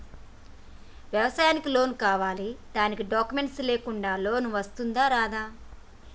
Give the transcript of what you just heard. వ్యవసాయానికి లోన్స్ కావాలి దానికి డాక్యుమెంట్స్ లేకుండా లోన్ వస్తుందా రాదా?